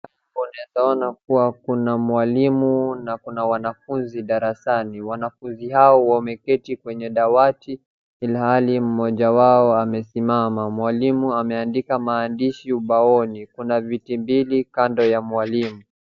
Hapo naeza ona kuwa kuna mwalimu na kuna wanafunzi darasani. Wanafunzi hao wameketi kwenye dawati, ilhali mmoja wao amesimama. MWalimu ameandika maandishi ubaoni. Kuna viti mbili kando ya mwalimu.